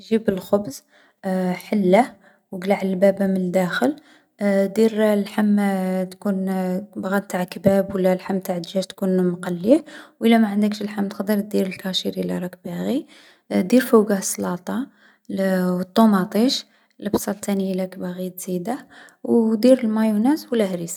﻿جيب الخبز حلّه و قلع اللبابة من لداخل. دير اللحم تكون بغا نتاع كباب و لا لحم نتاع دجاج تكون مقلّيه. و الا ما عندكش اللحم تقدر دير الكاشير الا راك باغي. دير فوقه السلاطة الـ و الطوماطيش، البصل تاني إلا راك باغي تزيده. و دير المايونيز و لا هريسة.